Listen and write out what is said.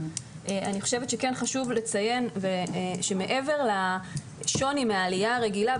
אני חושבת שכן חשוב לציין שמעבר לשוני מהעלייה הרגילה,